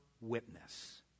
witness